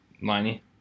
Miney